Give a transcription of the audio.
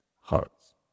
hearts